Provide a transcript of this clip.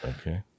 Okay